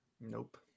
Nope